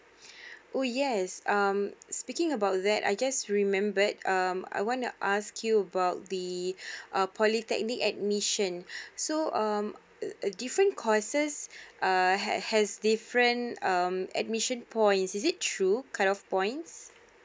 oh yes um speaking about that I just remembered um I wanna ask you about the uh polytechnic admission so um different courses err has has different um admission points is it true cut off points